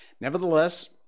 nevertheless